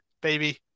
baby